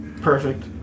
Perfect